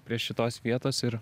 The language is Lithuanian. prie šitos vietos ir